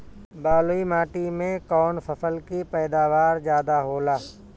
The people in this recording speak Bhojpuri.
बालुई माटी में कौन फसल के पैदावार ज्यादा होला?